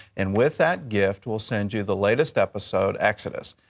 and with that gift, we'll send you the latest episode, exodus.